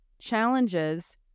challenges